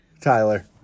Tyler